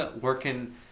working